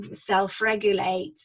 self-regulate